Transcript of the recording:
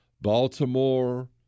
Baltimore